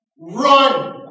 Run